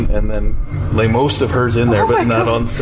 and then lay most of hers in there. oh and